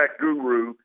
guru